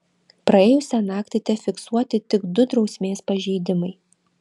praėjusią naktį tefiksuoti tik du drausmės pažeidimai